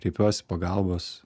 kreipiuosi pagalbos